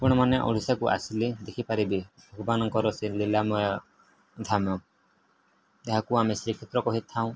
ଆପଣମାନେ ଓଡ଼ିଶାକୁ ଆସିଲେ ଦେଖିପାରିବେ ଭଗବାନଙ୍କର ସେ ଲୀଳାମୟ ଧାମ ଏହାକୁ ଆମେ ଶ୍ରୀକ୍ଷେତ୍ର କହିଥାଉ